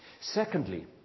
Secondly